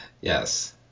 Yes